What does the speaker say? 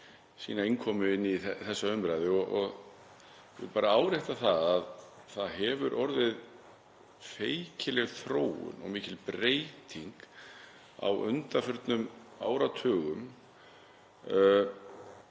sína innkomu inn í þessa umræðu og vil bara árétta að það hefur orðið feikileg þróun og mikil breyting á undanförnum áratugum.